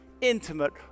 intimate